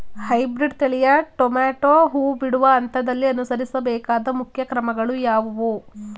Hybrid ತಳಿಯ tomato ಹೂ ಬಿಡುವ ಹಂತದಲ್ಲಿ ಅನುಸರಿಸಬೇಕಾದ ಮುಖ್ಯ ಕ್ರಮಗಳು ಯಾವುವು?